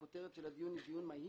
הכותרת של הדיון היא דיון מהיר.